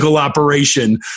operation